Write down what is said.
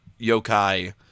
yokai